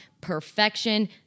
perfection